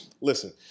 Listen